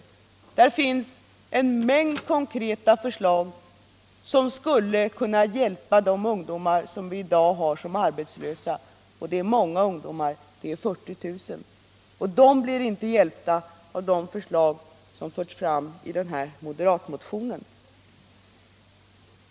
Det är en mängd konkreta förslag som skulle kunna bidra till att hjälpa de ungdomar som i dag är arbetslösa, och de är många - 40 000. De blir inte hjälpta av de förslag som har förts fram i moderatmotionen.